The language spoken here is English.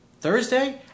Thursday